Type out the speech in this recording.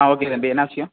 ஆ okay தம்பி என்ன விஷயம்